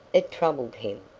it troubled him,